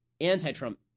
anti-Trump